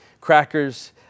crackers